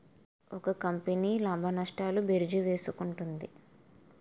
ఒక కంపెనీ లాభాలు నష్టాలు భేరీజు వేసుకుంటుంది